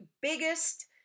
biggest